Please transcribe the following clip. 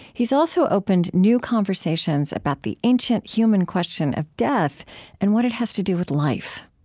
he's also opened new conversations about the ancient human question of death and what it has to do with life